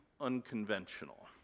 unconventional